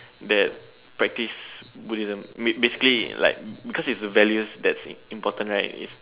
that practice Buddhism basically like because it's the values that is important right